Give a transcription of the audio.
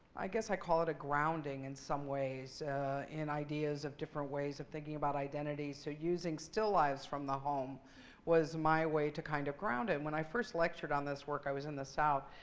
i guess, i call it a grounding in some ways in ideas of different ways of thinking about identities. so using still lives from the home was my way to, kind of, ground them. when i first lectured on this work, i was in the south.